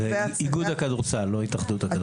זה איגוד הכדורסל, לא התאחדות הכדורסל.